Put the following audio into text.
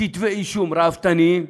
כתבי-אישום ראוותניים,